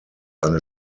eine